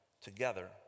together